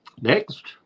Next